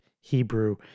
Hebrew